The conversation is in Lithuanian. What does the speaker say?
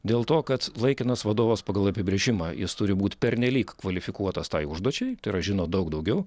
dėl to kad laikinas vadovas pagal apibrėžimą jis turi būt pernelyg kvalifikuotas tai užduočiai tai yra žino daug daugiau